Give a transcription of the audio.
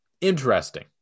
interesting